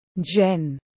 Jen